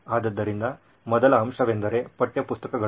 ಆದ್ದರಿಂದ ಮೊದಲ ಅಂಶವೆಂದರೆ ಪಠ್ಯಪುಸ್ತಕಗಳು